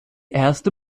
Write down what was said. erste